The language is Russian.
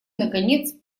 наконец